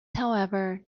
however